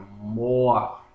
more